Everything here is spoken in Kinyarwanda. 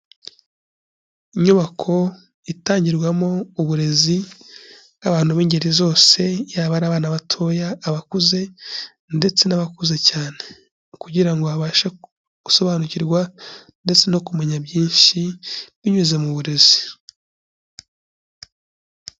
Inyubako itangirwamo uburezi, abantu b'ingeri zose, yaba ari abana batoya, abakuze ndetse n'abakuze cyane. Kugira ngo babashe gusobanukirwa ndetse no kumenya byinshi binyuze mu burezi.